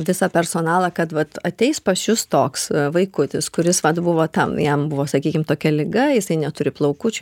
visą personalą kad vat ateis pas jus toks vaikutis kuris vat buvo tam jam buvo sakykim tokia liga jisai neturi plaukučių